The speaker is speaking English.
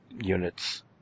Units